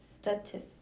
Statistics